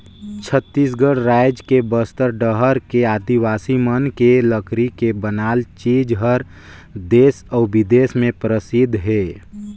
छत्तीसगढ़ रायज के बस्तर डहर के आदिवासी मन के लकरी ले बनाल चीज हर देस अउ बिदेस में परसिद्ध हे